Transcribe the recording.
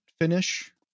finish